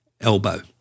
elbow